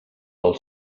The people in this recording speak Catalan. del